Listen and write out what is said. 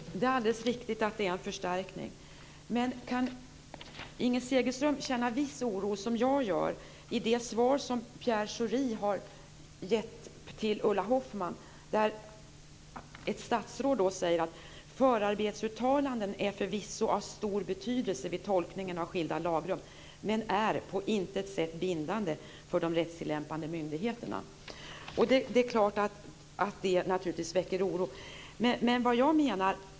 Fru talman! Det är alldeles riktigt att det är en förstärkning. Men kan inte Inger Segelström känna en viss oro, vilket jag gör, över vad statsrådet Pierre Schori säger i ett svar till Ulla Hoffmann? Han säger så här: Förarbetsuttalanden är förvisso av stor betydelse vid tolkningen av skilda lagrum men är på intet sätt bindande för de rättstillämpande myndigheterna. Detta väcker naturligtvis oro.